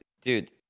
dude